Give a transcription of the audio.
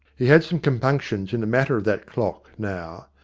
he had some compunctions in the matter of that clock, now.